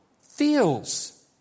feels